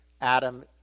Adam